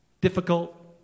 difficult